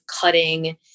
cutting